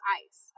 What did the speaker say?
ice